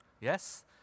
Yes